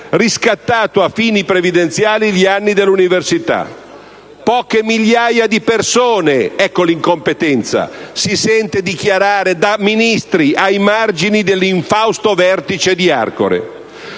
riscattato a fini previdenziali gli anni dell'università. «Poche migliaia di persone» - ecco l'incompetenza - si sente dichiarare da Ministri ai margini dell'infausto vertice di Arcore.